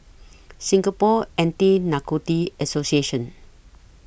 Singapore Anti Narcotics Association